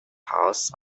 house